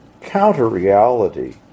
counter-reality